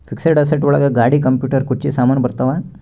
fixed asset ಒಳಗ ಗಾಡಿ computer ಕುರ್ಚಿ ಸಾಮಾನು ಬರತಾವ